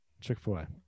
Chick-fil-A